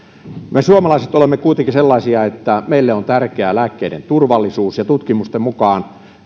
me suomalaiset olemme kuitenkin sellaisia että meille on tärkeää lääkkeiden turvallisuus ja tutkimusten mukaan